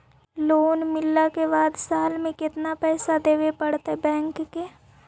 Loan मिलला के बाद साल में केतना पैसा देबे पड़तै बैक के?